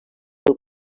del